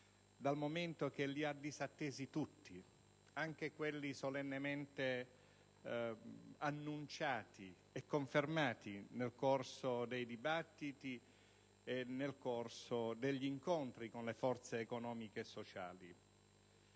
dal momento che li ha disattesi tutti, anche quelli solennemente annunciati e confermati nel corso dei dibattiti e degli incontri con le forze economiche e sociali,